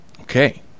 Okay